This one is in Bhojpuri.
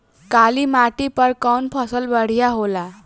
काली माटी पर कउन फसल बढ़िया होला?